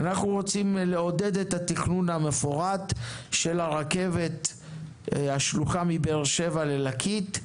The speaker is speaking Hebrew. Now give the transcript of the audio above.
אנחנו רוצים לעודד את התכנון המפורט של שלוחת הרכבת מבאר שבע לליקית.